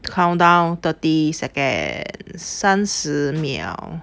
count down thirty second 三十秒